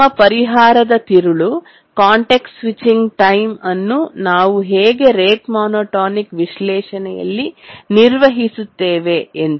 ನಮ್ಮ ಪರಿಹಾರದ ತಿರುಳು ಕಾಂಟೆಕ್ಸ್ಟ್ ಸ್ವಿಚಿಂಗ್ ಟೈಮ್ ಅನ್ನು ನಾವು ಹೇಗೆ ರೇಟ್ ಮೋನೋಟೋನಿಕ್ ವಿಶ್ಲೇಷಣೆಯಲ್ಲಿ ನಿರ್ವಹಿಸುತ್ತೇವೆ ಎಂದು